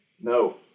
No